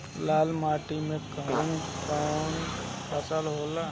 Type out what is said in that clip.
लाल माटी मे कवन कवन फसल होला?